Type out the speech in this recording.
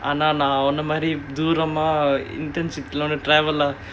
ஆனா நான் உன்ன மாறி தூரமா:aanaa naan unna maari thooramaa internship லாம்:laam travel lah